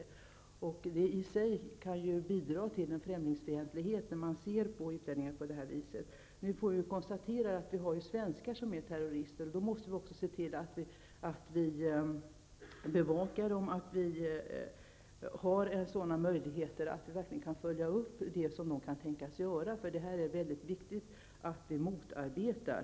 I och för sig kan det bidra till främlingsfientlighet, om man ser på utlänningar på detta sätt. Nu får vi lov att konstatera att även svenskar är terrorister. Då måste vi också se till att vi kan bevaka dessa terrorister och tänka på vad de kan göra. Det här är det väldigt viktigt att vi motarbetar.